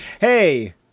Hey